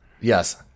Yes